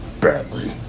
badly